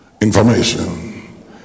information